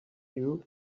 you